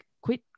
quit